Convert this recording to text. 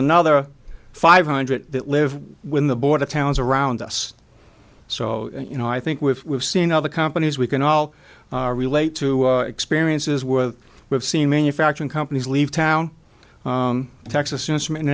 another five hundred that live when the border towns around us so you know i think with we've seen other companies we can all relate to experiences where we've seen manufacturing companies leave town texas instrument